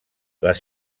les